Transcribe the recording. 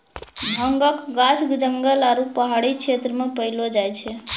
भांगक गाछ जंगल आरू पहाड़ी क्षेत्र मे पैलो जाय छै